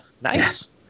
Nice